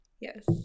Yes